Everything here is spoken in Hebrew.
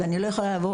ואני לא יכולה לבוא